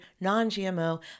non-GMO